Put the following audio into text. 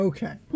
Okay